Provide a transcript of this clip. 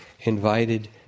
invited